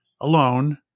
alone